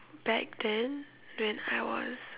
back then when I was